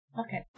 Okay